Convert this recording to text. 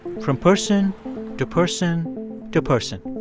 from person to person to person.